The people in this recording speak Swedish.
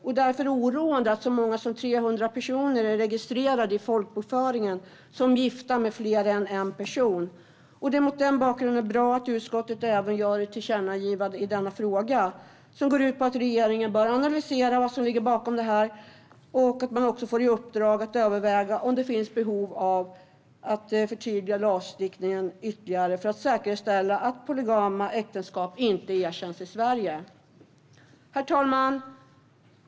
Det är därför oroande att så många som 300 personer är registrerade i folkbokföringen som gifta med fler än en person. Det är mot den bakgrunden bra att utskottet föreslår ett tillkännagivande även i denna fråga. Det går ut på att regeringen bör analysera vad som ligger bakom detta och att den får i uppdrag att överväga om det finns behov av att förtydliga lagstiftningen ytterligare, i syfte att säkerställa att polygama äktenskap inte erkänns i Sverige. Herr talman!